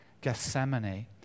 Gethsemane